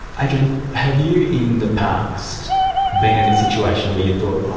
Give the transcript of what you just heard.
adrian, have you in the past been in a situation where you thought, oh,